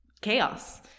chaos